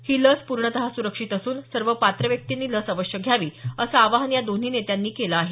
ही लस पूर्णतः सुरक्षित असून सर्व पात्र व्यक्तींनी लस अवश्य घ्यावी असं आवाहन या दोन्ही नेत्यांनी केलं आहे